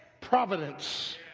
providence